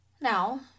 Now